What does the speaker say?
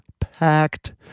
packed